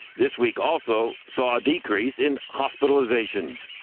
this week also saw a decrease in hospitalizations.